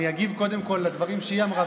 אני אגיב קודם כול לדברים שהיא אמרה,